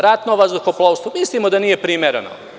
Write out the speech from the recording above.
Ratno vazduhoplovstvo, mislimo da nije primereno.